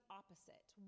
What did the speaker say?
opposite